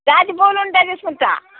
జాజి పూలు ఉంటే తీసుకుంటాను